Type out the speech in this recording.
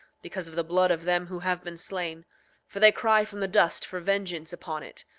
because of the blood of them who have been slain for they cry from the dust for vengeance upon it,